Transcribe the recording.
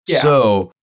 So-